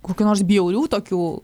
kokių nors bjaurių tokių